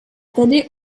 tedy